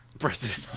president